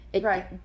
right